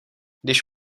když